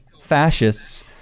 fascists